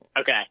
Okay